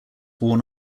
worn